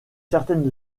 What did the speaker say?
certaine